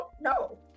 No